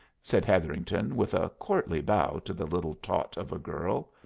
said hetherington, with a courtly bow to the little tot of a girl.